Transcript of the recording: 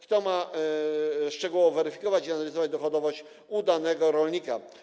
Kto ma szczegółowo weryfikować i analizować dochodowość u danego rolnika?